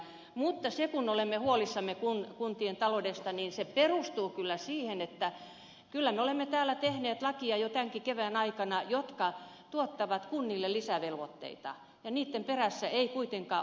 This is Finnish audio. mutta se kun olemme huolissamme kuntien taloudesta perustuu kyllä siihen että kyllä me olemme täällä tehneet jo tämänkin kevään aikana lakeja jotka tuottaa kunnille lisävelvoitteita ja niitten perässä ei kuitenkaan ole rahoitusta